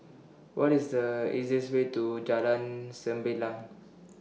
What IS The easiest Way to Jalan Sembilang